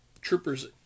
troopers